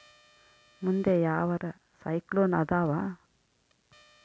ಮುಂದೆ ಯಾವರ ಸೈಕ್ಲೋನ್ ಅದಾವ?